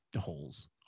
holes